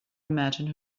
imagine